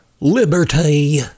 Liberty